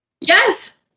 Yes